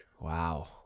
wow